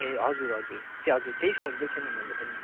ए हजुर हजुर त हजुर त्यही सोच्दै थिएँ नि मैले पनि